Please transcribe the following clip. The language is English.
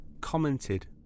commented